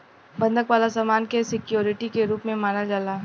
बंधक वाला सामान के सिक्योरिटी के रूप में मानल जाला